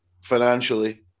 financially